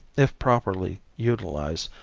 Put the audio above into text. if properly utilized,